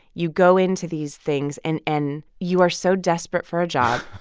you go into these things. and and you are so desperate for a job.